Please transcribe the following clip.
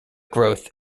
growth